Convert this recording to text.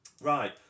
Right